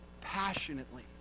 passionately